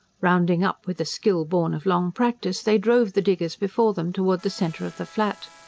rounding up, with a skill born of long practice, they drove the diggers before them towards the centre of the flat.